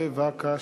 בבקשה.